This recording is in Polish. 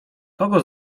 kogo